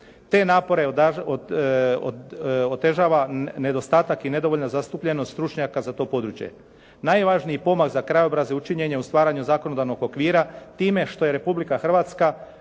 Te napore otežava nedostatak i nedovoljna zastupljenost stručnjaka za to područje. Najvažniji pomak za krajobraze učinjen je u stvaranja zakonodavnog okvira time što je Republika Hrvatska